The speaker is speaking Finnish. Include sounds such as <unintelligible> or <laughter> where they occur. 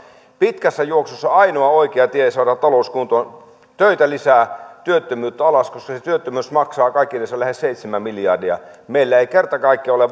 pitkässä juoksussa on ainoa oikea tie saada talous kuntoon töitä lisää työttömyyttä alas koska se työttömyys maksaa kaikkinensa lähes seitsemän miljardia ja meillä ei kerta kaikkiaan ole <unintelligible>